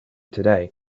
today